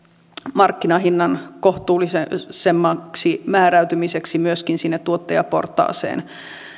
markkinahinnan kohtuullisemmaksi määräytymistä myöskin sinne tuottajaportaaseen